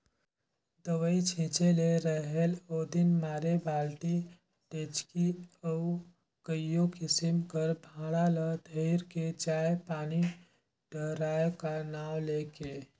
दवई छिंचे ले रहेल ओदिन मारे बालटी, डेचकी अउ कइयो किसिम कर भांड़ा ल धइर के जाएं पानी डहराए का नांव ले के